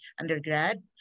undergrad